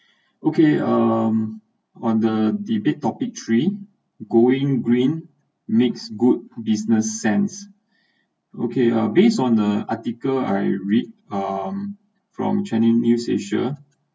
okay um on the debate topic three going green makes good business sense okay uh based on the article I read um from channel news asia